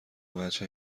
وجه